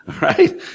right